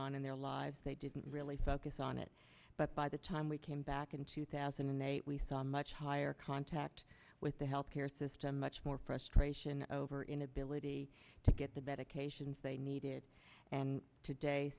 on in their lives they didn't really focus on it but by the time we came back in two thousand and eight we saw a much higher contact with the health care system much more pressed ration over inability to get to bed occasions they needed and